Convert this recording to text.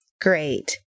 Great